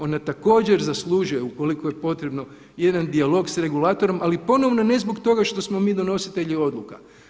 Ona također zaslužuje ukoliko je potrebno jedan dijalog sa regulatorom ali ponovno ne zbog toga što smo mi donositelji odluka.